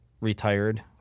retired